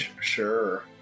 Sure